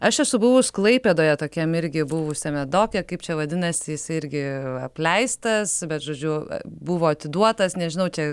aš esu buvus klaipėdoje tokiam irgi buvusiame doke kaip čia vadinasi jisai irgi apleistas bet žodžiu buvo atiduotas nežinau čia